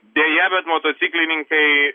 deja bet motociklininkai